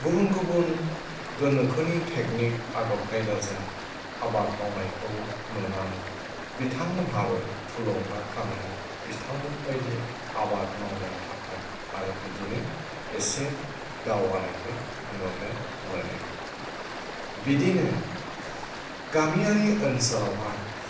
गुबुन गुबुन गोनोखोनि टेकनिक आदब खायदाजों आबाद मावनायखौ नुनानै बिथांमोनहाबो थुलुंगाखाङो बिथांमोनबायदि आबाद मावनो थाखाय आरो बिदिनो एसे दावगानायबो नुनो मोनो बिदिनो गामियारि ओनसोलावहाय